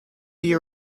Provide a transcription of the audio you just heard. you